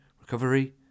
Recovery